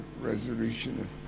resolution